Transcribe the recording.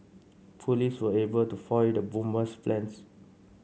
police were able to foil the bomber's plans